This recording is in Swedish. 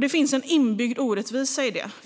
Det finns en inbyggd orättvisa i detta.